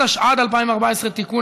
התשע"ד 2014 (תיקון),